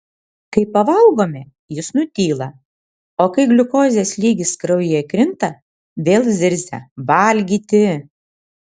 kai pavalgome jis nutyla o kai gliukozės lygis kraujyje krinta vėl zirzia valgyti